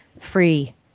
free